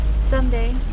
someday